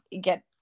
get